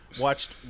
Watched